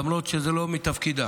למרות שזה לא מתפקידן,